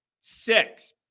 six